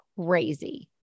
Crazy